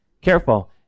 careful